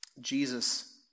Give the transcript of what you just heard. Jesus